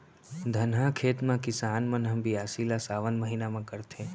धनहा खेत म किसान मन ह बियासी ल सावन महिना म करथे